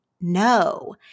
no